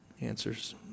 answers